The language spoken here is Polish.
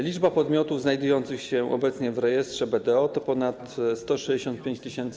Liczba podmiotów znajdujących się obecnie w rejestrze BDO to ponad 165 tys.